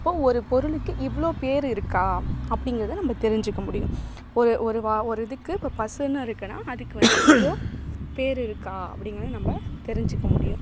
அப்போது ஒரு பொருளுக்கு இவ்வளோ பேர் இருக்கா அப்படிங்கிறத நம்ம தெரிஞ்சுக்க முடியும் ஒரு ஒரு வா ஒரு இதுக்கு இப்போ பசுன்னு இருக்குன்னால் அதுக்கு வந்து இவ்வளோ பேர் இருக்கா அப்படிங்கிறது நம்ம தெரிஞ்சுக்க முடியும்